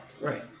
Right